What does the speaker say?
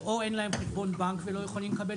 שאו אין להם חשבון בנק ולא יכולים לקבל